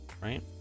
right